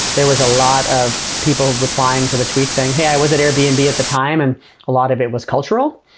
there was a lot of people replying to the tweet saying, hey, i was at airbnb and at the time, and a lot of it was cultural.